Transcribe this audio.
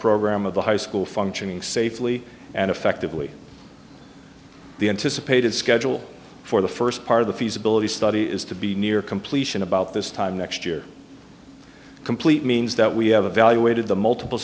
program of the high school functioning safely and effectively the anticipated schedule for the first part of the feasibility study is to be near completion about this time next year complete means that we have evaluated the multiple